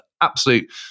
absolute